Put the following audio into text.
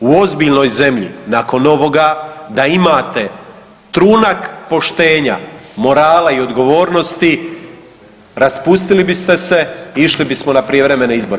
U ozbiljnoj zemlji, nakon ovoga da imate trunak poštenja, morala i odgovornosti, raspustili biste se i išli bismo na prijevremene izbore.